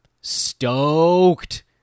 stoked